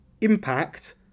Impact